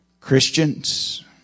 Christians